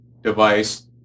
device